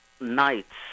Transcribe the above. nights